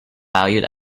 valued